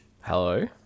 Hello